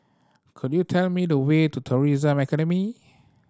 could you tell me the way to Tourism Academy